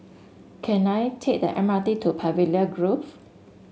can I take the M R T to Pavilion Grove